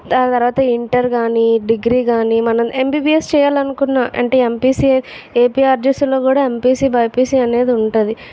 దాని తర్వాత ఇంటర్ కానీ డిగ్రీ కానీ మనం ఎంబిబిఎస్ చేయాలనుకున్న అంటే ఎంపీసీ ఏపీఆర్జేసీలో కూడా ఎంపీసీ బైపిసి అనేది ఉంటుంది